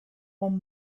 one